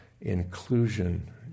inclusion